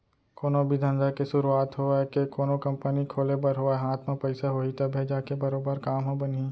कोनो भी धंधा के सुरूवात होवय के कोनो कंपनी खोले बर होवय हाथ म पइसा होही तभे जाके बरोबर काम ह बनही